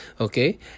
okay